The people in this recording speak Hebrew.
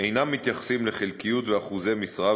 אינם מתייחסים לחלקיות ואחוזי משרה,